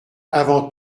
avant